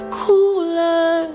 cooler